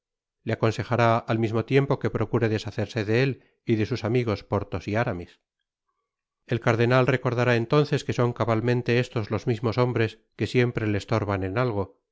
le aconsejará al mismo tiempo que procure deshacerse de él y de sus amigos porthos y aramis el cardenal recordará entonces que son cabalmente estos los mismos hombres que siempre le estorban en algo